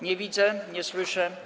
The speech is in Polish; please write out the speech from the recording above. Nie widzę, nie słyszę.